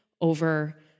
over